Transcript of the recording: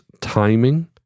timing